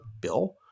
bill